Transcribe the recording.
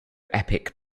epic